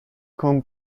con